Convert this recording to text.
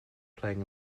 playing